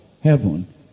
heaven